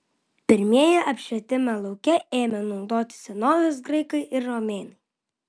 pirmieji apšvietimą lauke ėmė naudoti senovės graikai ir romėnai